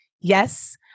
Yes